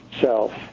self